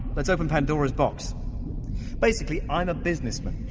let's open pandora's box basically, and businessman,